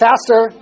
Faster